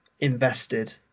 invested